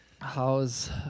How's